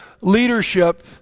leadership